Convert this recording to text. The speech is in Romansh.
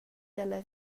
dalla